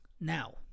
now